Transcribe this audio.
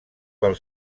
pel